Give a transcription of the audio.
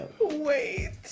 Wait